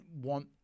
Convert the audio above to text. want